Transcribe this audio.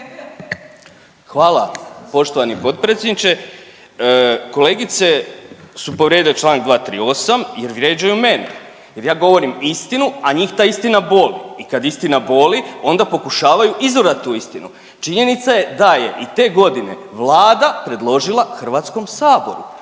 Hvala poštovani potpredsjedniče. Kolegice su povrijedile čl. 238, jer vrijeđaju mene jer ja govorim istinu, a njih ta istina boli i kad istina boli, onda pokušavaju izvrdati tu istinu. Činjenica je da je i te godine Vlada predložila HS-u, a